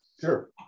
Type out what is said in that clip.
Sure